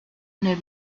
nel